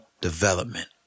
development